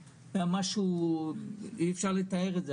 זה היה משהו שאי-אפשר לתאר.